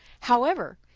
however,